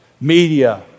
Media